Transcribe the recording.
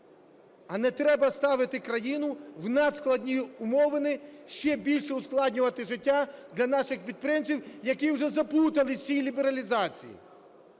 А не треба ставити країну в надскладні умови, ще більше ускладнювати життя для наших підприємців, які вже заплутались в цій лібералізації.